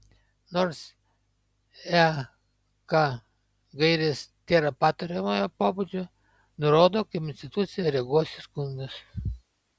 nors ek gairės tėra patariamojo pobūdžio nurodo kaip institucija reaguos į skundus